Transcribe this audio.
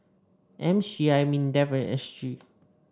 M C I Mindefand S C